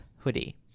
hoodie